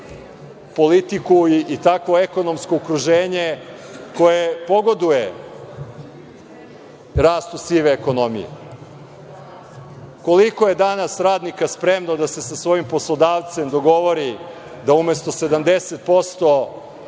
politiku i takvo ekonomsko okruženje koje pogoduje rastu sive ekonomije. Koliko je danas radnika spremno da se sa svojim poslodavcem dogovori da umesto 70%,